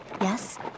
yes